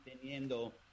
teniendo